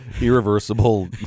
irreversible